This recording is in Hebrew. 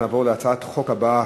אנחנו נעבור להצעת חוק הבאה,